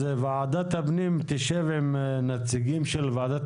ועדת הפנים תשב עם נציגים של ועדת